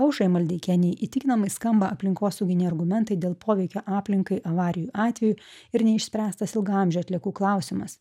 aušrai maldeikienei įtikinamai skamba aplinkosauginiai argumentai dėl poveikio aplinkai avarijų atveju ir neišspręstas ilgaamžių atliekų klausimas